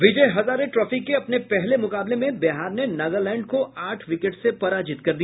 विजय Hazare trophy के अपने पहले मुकाबले में बिहार ने नागालैंड को आठ विकेट से पराजित कर दिया